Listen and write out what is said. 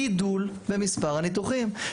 גידול במספר הניתוחים.